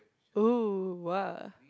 oh !wow!